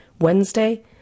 Wednesday